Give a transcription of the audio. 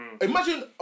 imagine